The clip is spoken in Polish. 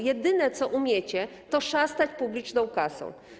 Jedyne, co umiecie, to szastać publiczną kasą.